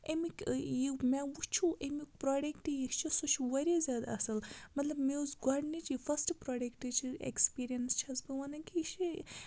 اَمِکۍ یہِ مےٚ وُچھُو اَمیُک پرٛوڈٮ۪کٹ یُس چھُ سُہ چھُ واریاہ زیادٕ اَصٕل مطلب مےٚ اوس گۄڈنِچ یہِ فٔسٹ پرٛوڈَٮ۪کٹٕچ اٮ۪کٕسپیٖریَنٕس چھَس بہٕ وَنان کہِ یہِ چھِ